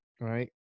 right